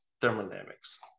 thermodynamics